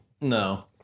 No